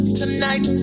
tonight